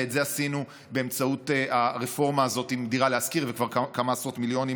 ואת זה עשינו באמצעות הרפורמה הזאת של דירה להשכיר וכמה עשרות מיליונים,